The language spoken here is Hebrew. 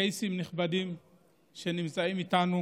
קייסים נכבדים נמצאים איתנו,